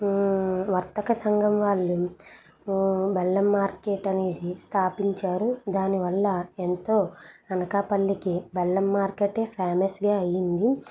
వర్తక సంఘం వాళ్ళు బెల్లం మార్కెట్ అనేది స్థాపించారు దానివల్ల ఎంతో అనకాపల్లికి బెల్లం మార్కెటే ఫేమస్గా అయింది